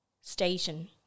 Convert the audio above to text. station